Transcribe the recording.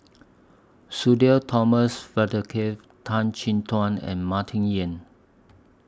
Sudhir Thomas Vadaketh Tan Chin Tuan and Martin Yan